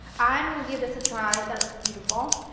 i'm going to give this a try. that looks beautiful